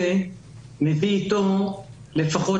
תפקידו ותרומתו לבריאות